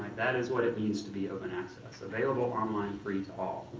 that is what it means to be open access available online free to all.